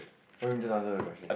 what do you mean just answer the question